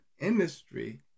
industry